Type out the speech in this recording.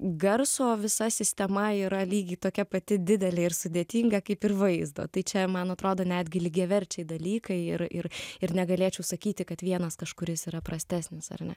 garso visa sistema yra lygiai tokia pati didelė ir sudėtinga kaip ir vaizdo tai čia man atrodo netgi lygiaverčiai dalykai ir ir ir negalėčiau sakyti kad vienas kažkuris yra prastesnis ar ne